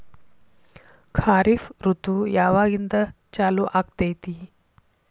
ಖಾರಿಫ್ ಋತು ಯಾವಾಗಿಂದ ಚಾಲು ಆಗ್ತೈತಿ?